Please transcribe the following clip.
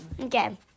Okay